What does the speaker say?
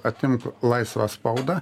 atimk laisvą spaudą